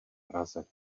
praze